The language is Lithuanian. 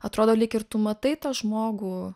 atrodo lyg ir tu matai tą žmogų